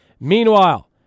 Meanwhile